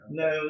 no